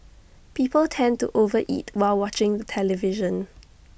people tend to over eat while watching the television